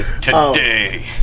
Today